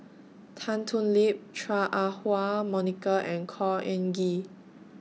Tan Thoon Lip Chua Ah Huwa Monica and Khor Ean Ghee